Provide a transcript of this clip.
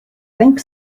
think